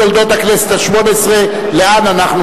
את תולדות הכנסת השמונה-עשרה,